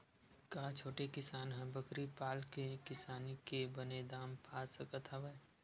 का छोटे किसान ह बकरी पाल के किसानी के बने दाम पा सकत हवय?